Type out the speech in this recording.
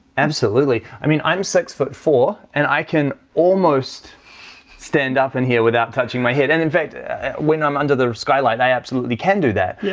absolutely i mean, i'm six foot four and i can almost stand up in here without touching my head. and in fact when i'm under the skylight, i absolutely can do that yeah,